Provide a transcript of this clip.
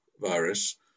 virus